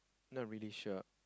not really sure